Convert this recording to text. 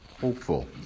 hopeful